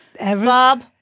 Bob